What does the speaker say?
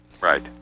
Right